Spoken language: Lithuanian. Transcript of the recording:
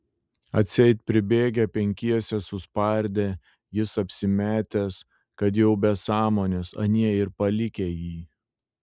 atseit pribėgę penkiese suspardę jis apsimetęs kad jau be sąmonės anie ir palikę jį